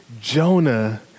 Jonah